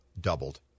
doubled